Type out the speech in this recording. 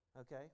Okay